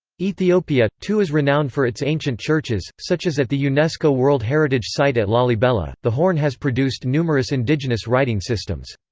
ethiopia, too is renowned for its ancient churches, such as at the unesco world heritage site at lalibela the horn has produced numerous indigenous writing systems.